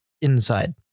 inside